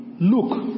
Look